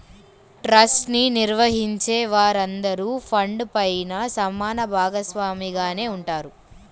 trust ని నిర్వహించే వారందరూ ఫండ్ పైన సమాన భాగస్వామిగానే ఉంటారు